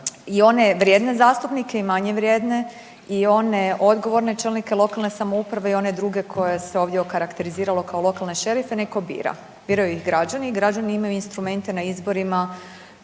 i one vrijedne zastupnike i manje vrijedne i one odgovorne čelnike lokalne samouprave i one druge koje se ovdje se okarakteriziralo kao lokalne šerife neko bira. Biraju ih građani i građani imaju instrumente na izborima